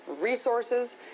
resources